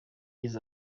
yize